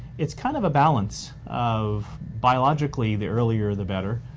it's kind of a balance of biologically, the earlier the better.